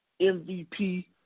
MVP